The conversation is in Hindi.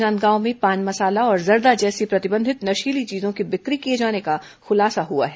राजनांदगांव में पान मसाला और जर्दा जैसी प्रतिबंधित नशीली चीजों की बिक्री किए जाने का खुलासा हुआ है